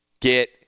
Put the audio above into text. get